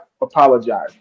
apologize